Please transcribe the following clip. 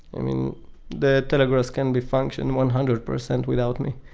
i mean the telegrass can be function one hundred percent without me.